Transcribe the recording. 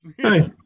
Hi